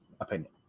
opinion